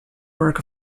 work